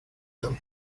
them